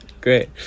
great